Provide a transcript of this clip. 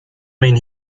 mean